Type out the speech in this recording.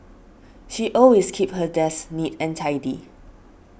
she always keep her desk neat and tidy